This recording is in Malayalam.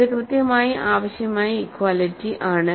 ഇത് കൃത്യമായി ആവശ്യമായ ഈക്വാലിറ്റി ആണ്